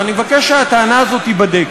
ואני מבקש שהטענה הזאת תיבדק,